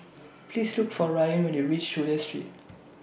Please Look For Rayan when YOU REACH Chulia Street